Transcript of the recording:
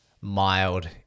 mild